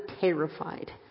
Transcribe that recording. terrified